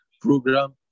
program